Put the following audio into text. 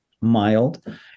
mild